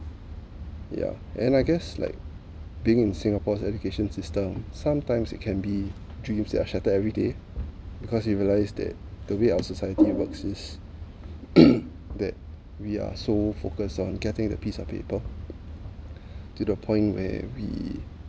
yeah and I guess like being in singapore's education system sometimes it can be dreams are shattered every day because we realize that the way our society works is that we are so focused on getting the piece of paper to the point where we